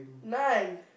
none